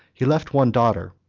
he left one daughter,